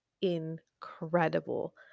incredible